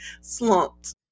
Slumped